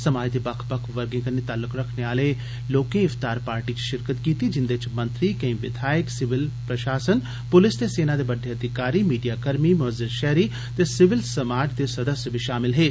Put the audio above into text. समाज दे बक्ख बक्ख वर्गे कन्ने तालुक रक्खने आले लोकें इफतार पार्टी च शिरकत कीती जिन्दे च मंत्री केई विधायक सिविल प्रशासन पुलस ते सेना दे बड्डे अधिकारी मीडिया कर्मी मुअज़ज शैह्री ते सिविल समाज दे सदस्य बी शामल हे